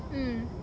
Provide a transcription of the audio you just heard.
mm